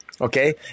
Okay